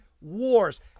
wars